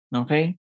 okay